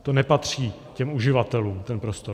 To nepatří těm uživatelům, ten prostor.